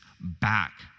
back